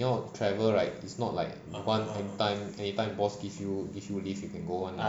你要 travel right is not like you want anytime anytime boss give you leave you can go [one] right